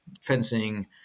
Fencing